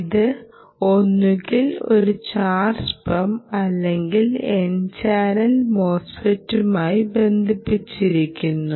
ഇത് ഒന്നുകിൽ ഒരു ചാർജ് പമ്പ് അല്ലെങ്കിൽ n ചാനൽ മോസ്ഫെറ്റുമായി ബന്ധിപ്പിച്ചിരിക്കുന്നു